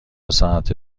ساعت